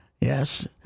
Yes